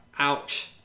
Ouch